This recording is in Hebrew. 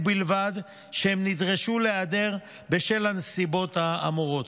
ובלבד שהם נדרשו להיעדר בשל הנסיבות האמורות.